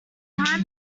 time